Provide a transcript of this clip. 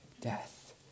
death